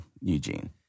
Eugene